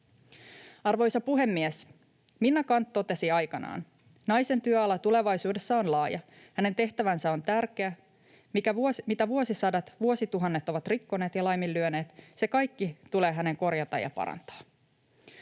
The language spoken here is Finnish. Arvoisa puhemies! Minna Canth totesi aikanaan: "Naisen työala tulevaisuudessa on laaja, hänen tehtävänsä on tärkeä. Mitä vuosisadat, vuosituhannet ovat rikkoneet ja laiminlyöneet, se kaikki tulee hänen korjata ja parantaa."